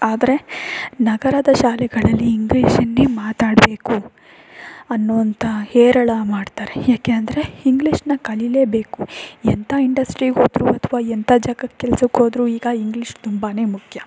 ಆದರೆ ನಗರದ ಶಾಲೆಗಳಲ್ಲಿ ಇಂಗ್ಲೀಷನ್ನೇ ಮಾತಾಡಬೇಕು ಅನ್ನುವಂಥ ಹೇರಳ ಮಾಡ್ತಾರೆ ಯಾಕೆ ಅಂದರೆ ಇಂಗ್ಲೀಷನ್ನ ಕಲಿಯಲೇಬೇಕು ಎಂಥಾ ಇಂಡಸ್ಟ್ರೀಗೆ ಹೋದರೂ ಅಥವಾ ಎಂಥಾ ಜಾಗಕ್ಕೆ ಕೆಲ್ಸಕ್ಕೆ ಹೋದ್ರೂ ಈಗ ಇಂಗ್ಲೀಷ್ ತುಂಬಾ ಮುಖ್ಯ